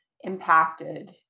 impacted